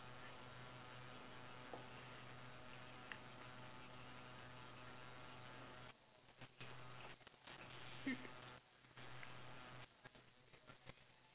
hmm